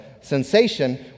sensation